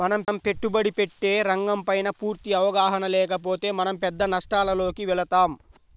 మనం పెట్టుబడి పెట్టే రంగంపైన పూర్తి అవగాహన లేకపోతే మనం పెద్ద నష్టాలలోకి వెళతాం